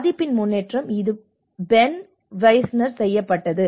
பாதிப்பின் முன்னேற்றம் இது பென் விஸ்னரால் செய்யப்பட்டது